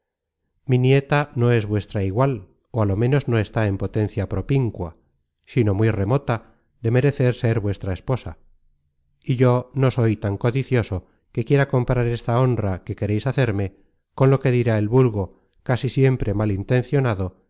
mi nieta no es vuestra igual ó á lo menos no está en potencia propíncua sino muy remota de merecer ser vuestra esposa y yo no soy tan codicioso que quiera comprar esta honra que quereis hacerme con lo que dirá el vulgo casi siempre mal